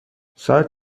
ساعت